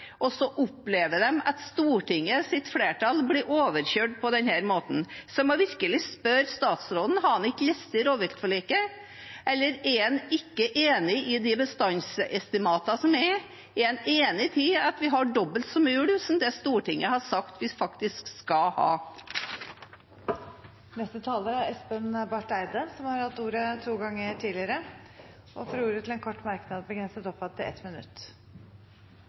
og så opplever de at Stortingets flertall blir overkjørt på denne måten. Så jeg må virkelig spørre statsråden: Har han ikke lest rovviltforliket, eller er han ikke enig i de bestandsestimatene som er? Er han enig i at vi har dobbelt så mye ulv som det Stortinget har sagt vi faktisk skal ha? Representanten Espen Barth Eide har hatt ordet to ganger tidligere og får ordet til en kort merknad, begrenset til 1 minutt.